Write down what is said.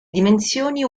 dimensioni